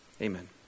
Amen